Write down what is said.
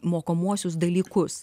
mokomuosius dalykus